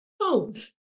homes